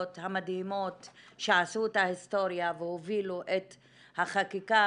המדהימות שעשו את ההיסטוריה והובילו את החקיקה.